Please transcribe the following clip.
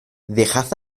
dejad